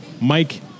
Mike